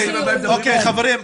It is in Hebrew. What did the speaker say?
חברים,